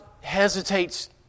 hesitates